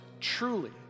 truly